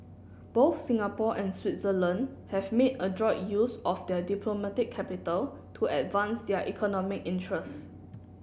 both Singapore and Switzerland have made adroit use of their diplomatic capital to advance their economic interest